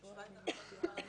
היא ישבה איתנו בוועדה.